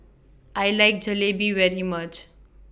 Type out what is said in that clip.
I like Jalebi very much